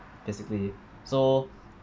basically so